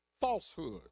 falsehood